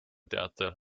teatel